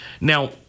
Now